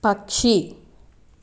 పక్షి